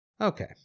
Okay